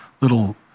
little